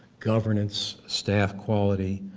governance, staff quality,